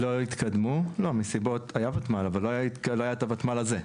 היה ותמ"ל אבל לא היה את הותמ"ל הזה.